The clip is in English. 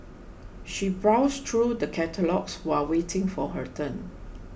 she browsed through the catalogues while waiting for her turn